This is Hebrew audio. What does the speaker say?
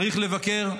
צריך לבקר.